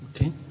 Okay